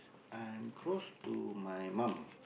I'm close to my mum